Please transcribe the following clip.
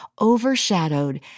overshadowed